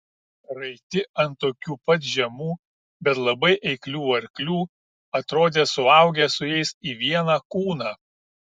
raiti ant tokių pat žemų bet labai eiklių arklių atrodė suaugę su jais į vieną kūną